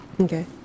okay